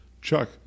Chuck